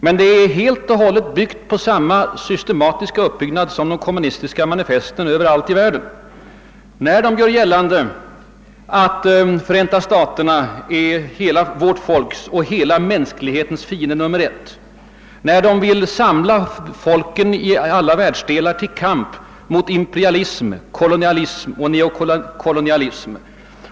Men det har helt och hållet samma uppbyggnad som de kommunistiska manifesten i andra delar av världen. Man gör gällande att Förenta staterna är vårt folks och hela mänsklighetens fiende nummer ett. Man vill samla folken i alla världsdelar till kamp mot imperialism, kolonialism och neokolonialism.